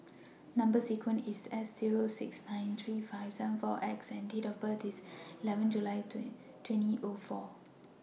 Number sequence IS S Zero six nine three five seven four X and Date of birth IS eleven July twenty O four